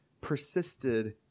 persisted